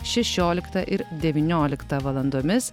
šešioliktą ir devynioliktą valandomis